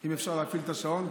אם אפשר להפעיל את השעון,